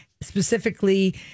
specifically